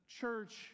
church